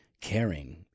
caring